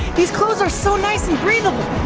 these clothes are so nice and breathable